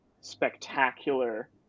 spectacular